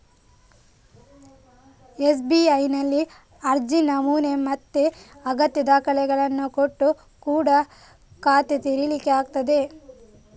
ಎಸ್.ಬಿ.ಐನಲ್ಲಿ ಅರ್ಜಿ ನಮೂನೆ ಮತ್ತೆ ಅಗತ್ಯ ದಾಖಲೆಗಳನ್ನ ಕೊಟ್ಟು ಕೂಡಾ ಖಾತೆ ತೆರೀಲಿಕ್ಕೆ ಆಗ್ತದೆ